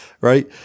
right